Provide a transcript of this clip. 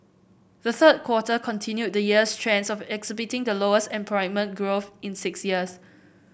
the third quarter continued the year's trends of exhibiting the lowest employment growth in six years